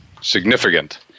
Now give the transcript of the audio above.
significant